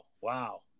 Wow